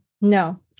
No